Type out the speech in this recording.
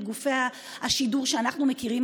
גופי השידור הישראליים שאנחנו מכירים,